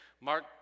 Mark